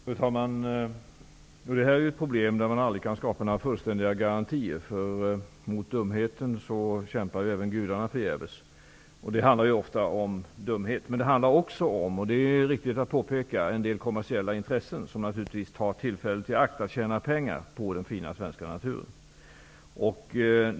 Fru talman! I detta fall kan man aldrig skapa några fullständiga garantier. Mot dumheten kämpar även gudarna förgäves. Det handlar ju ofta om dumhet. Men det handlar också om -- vilket är viktigt att påpeka -- en del kommersiella intressen, som naturligtvis tar tillfället i akt att tjäna pengar på den fina svenska naturen.